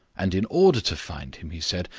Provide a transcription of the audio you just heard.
and in order to find him, he said,